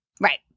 right